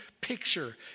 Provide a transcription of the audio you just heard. picture